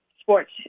sports